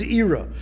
era